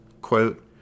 quote